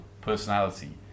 personality